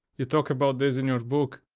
you talk about this in your book.